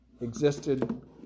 existed